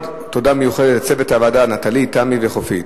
תודה מיוחדת לצוות הוועדה, נטלי, תמי וחופית.